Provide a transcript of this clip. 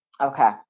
Okay